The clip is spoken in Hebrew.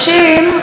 בכנסת,